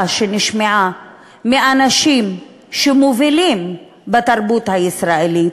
שנשמעה מאנשים שמובילים בתרבות הישראלית,